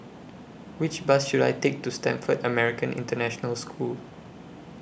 Which Bus should I Take to Stamford American International School